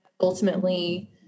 ultimately